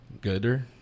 Gooder